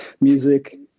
music